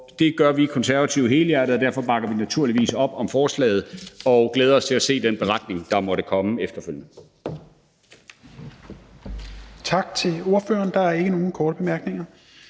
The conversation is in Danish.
det gør vi Konservative helhjertet, og derfor bakker vi naturligvis op om forslaget, og glæder os til at se den beretning, der måtte kommer efterfølgende.